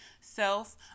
self